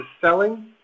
selling